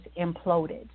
imploded